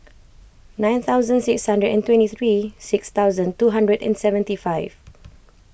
nine thousand six hundred and twenty three six thousand two hundred and seventy five